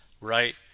right